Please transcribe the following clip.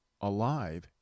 alive